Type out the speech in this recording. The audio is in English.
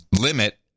limit